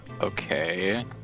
okay